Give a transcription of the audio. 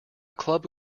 club